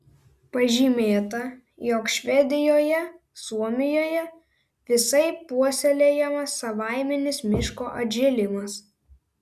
pažymėta jog švedijoje suomijoje visaip puoselėjamas savaiminis miško atžėlimas